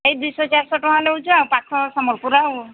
ଏଇ ଦୁଇ ଶହ ଚାରି ଶହ ଟଙ୍କା ନେଉଛୁ ପାଖ ସମ୍ୱଲପୁର ଆଉ